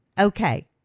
okay